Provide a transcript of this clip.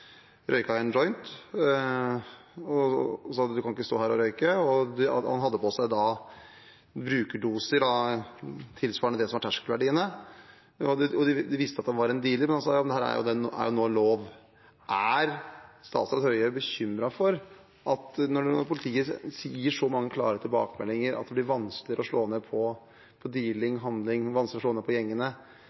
og sa at han ikke kunne stå her og røyke. Han hadde på seg brukerdoser tilsvarende det som var terskelverdiene. De visste at han var en dealer, og han sa: Ja, men dette er jo nå lov. Er statsråd Høie bekymret for at politiet nå sier, med så mange klare tilbakemeldinger, at det blir vanskeligere å slå ned på dealing og handling, og på gjengene?